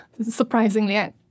surprisingly